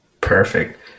Perfect